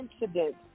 incidents